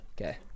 Okay